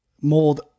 mold